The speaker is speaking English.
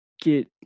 get